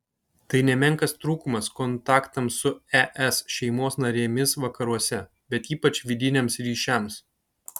tai nemenkas trūkumas kontaktams su es šeimos narėmis vakaruose bet ypač vidiniams ryšiams